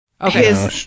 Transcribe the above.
Okay